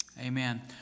Amen